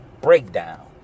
breakdown